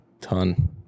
ton